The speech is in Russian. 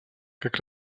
как